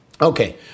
Okay